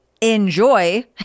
enjoy